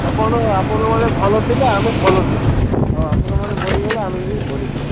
ଆପଣ ଆପଣମାନେ ଭଲ ଥିବେ ଆମେ ବି ଭଲ ଥିବୁ ଆଉ ଆପଣମାନେ ମରିଗଲେ ଆମେବି ମରିଯିବୁ